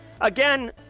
Again